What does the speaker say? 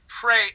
pray